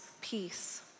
peace